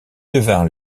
devinrent